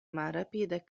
malrapide